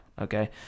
okay